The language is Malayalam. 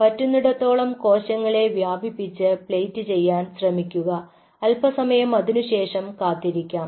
പറ്റുന്നിടത്തോളം കോശങ്ങളെ വ്യാപിപ്പിച്ച് പ്ലേറ്റ് ചെയ്യാൻ ശ്രമിക്കുക അൽപസമയം അതിനുശേഷം കാത്തിരിക്കാം